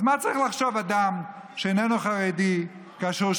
אז מה צריך לחשוב אדם שאיננו חרדי כאשר הוא